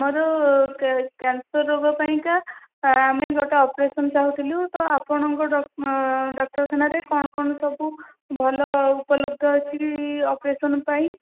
ଆମର କ୍ୟାନ୍ସର୍ ରୋଗ ପାଇଁକା ଆମେ ଗୋଟେ ଅପରେସନ୍ ଚାହୁଁଥିଲୁ ତ ଆପଣଙ୍କ ଡାକ୍ତରଖାନାରେ କ'ଣ କ'ଣ ସବୁ ଭଲ ଉପଲବ୍ଧ ଅଛି ଅପରେସନ୍ ପାଇଁ